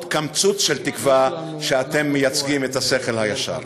קמצוץ של תקווה שאתם מייצגים את השכל הישר.